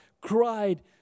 cried